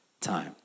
time